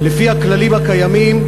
לפי הכללים הקיימים,